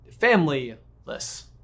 family-less